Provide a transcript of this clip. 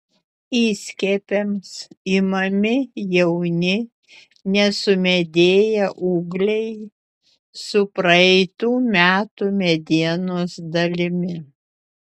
įskiepiams imami jauni nesumedėję ūgliai su praeitų metų medienos dalimi